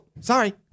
sorry